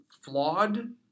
flawed